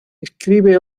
escribe